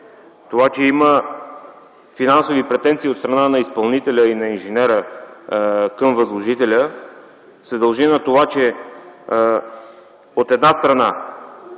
Това, че има финансови претенции от страна на изпълнителя и на инженера към възложителя, се дължи на това, че от една страна